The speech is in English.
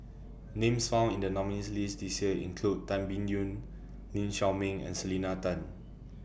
Names found in The nominees' list This Year include Tan Biyun Lee Shao Meng and Selena Tan